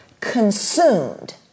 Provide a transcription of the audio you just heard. consumed